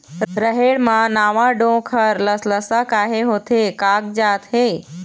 रहेड़ म नावा डोंक हर लसलसा काहे होथे कागजात हे?